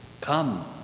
come